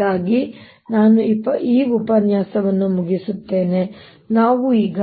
ಹಾಗಾಗಿ ನಾನು ಈ ಉಪನ್ಯಾಸವನ್ನು ಮುಗಿಸುತ್ತೇನೆ ನಾವು ಈಗ